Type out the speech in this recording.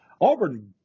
Auburn